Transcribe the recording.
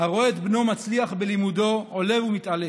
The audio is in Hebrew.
הרואה את בנו מצליח בלימודו, עולה ומתעלה.